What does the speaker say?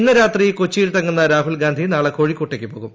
ഇന്ന് രാത്രി കൊച്ചിയിൽ തങ്ങുന്ന രാഹുൽഗാന്ധി നാളെ കോഴിക്കോട്ടേയ്ക്ക് പോകും